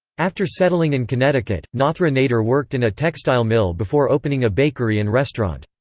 after settling in connecticut, nathra nader worked in a textile mill before opening a bakery and restaurant.